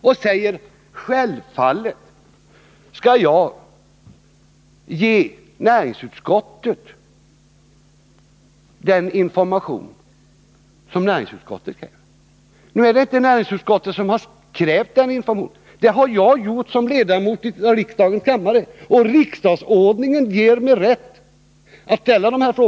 Han säger att han självfallet skall ge näringsutskottet den information som det kräver. Nu är det inte näringsutskottet som har krävt informationen, utan det har jag gjort som ledamot av riksdagen, och riksdagsordningen ger mig rätt att ställa "sådana frågor.